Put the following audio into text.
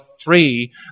three